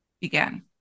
began